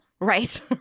Right